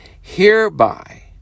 Hereby